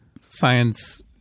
science